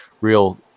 real